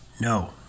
No